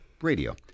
radio